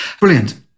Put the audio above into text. Brilliant